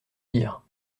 dire